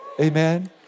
Amen